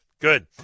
good